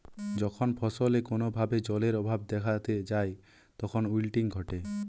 যখন ফসলে কোনো ভাবে জলের অভাব দেখাত যায় তখন উইল্টিং ঘটে